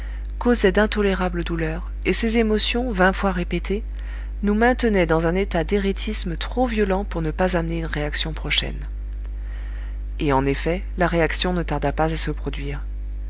causaient d'intolérables douleurs et ces émotions vingt fois répétées nous maintenaient dans un état d'éréthisme trop violent pour ne pas amener une réaction prochaine et en effet la réaction ne tarda pas à se produire